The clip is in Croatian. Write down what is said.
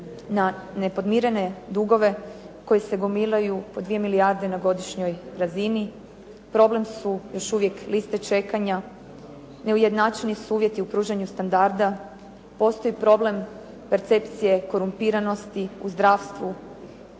na nepodmirene dugove koji se gomilaju po 2 milijarde na godišnjoj razini, problem su još uvijek liste čekanja, neujednačeni su uvjeti u pružanju standarda, postoji problem percepcije korumpiranosti u zdravstvu.